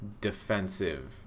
defensive